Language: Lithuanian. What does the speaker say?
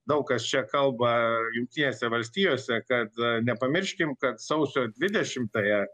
daug kas čia kalba jungtinėse valstijose kad nepamirškim kad sausio dvidešimąją